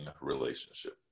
relationship